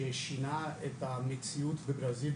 ששינה את המציאות בברזיל,